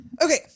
Okay